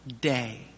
day